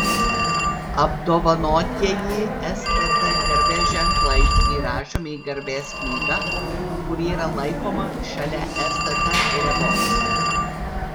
apdovanotieji stt garbės ženklais įrašomi į garbės knygą kuri yra laikoma šalia stt vėliavos